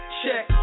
check